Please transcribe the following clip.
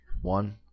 one